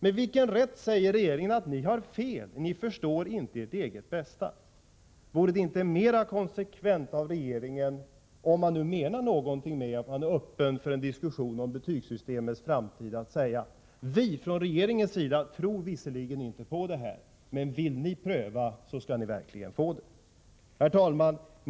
Med vilken rätt säger regeringen: Ni har fel, ni förstår inte ert eget bästa? Vore det inte mera konsekvent av regeringen —- om man nu menar någonting med talet om att man är öppen för en diskussion om betygssystemets framtid — att säga att vi ifrån regeringens sida visserligen inte tror på det här, men vill ni pröva skall ni verkligen få göra det? Herr talman!